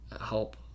help